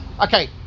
Okay